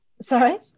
sorry